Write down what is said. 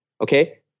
Okay